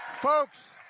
folks,